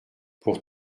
pour